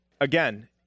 again